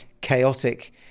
chaotic